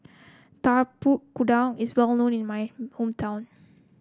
Tapak Kuda is well known in my hometown